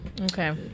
Okay